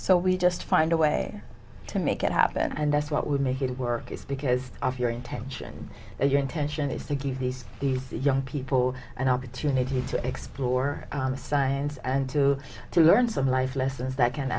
so we just find a way to make it happen and that's what would make it work is because if your intention is your intention is to give these young people an opportunity to explore science and to to learn some life lessons that can